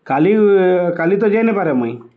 କାଲି କାଲି ତ ଯାଇ ନିପାରେ ମୁଇଁ